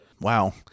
wow